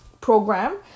program